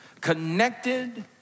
connected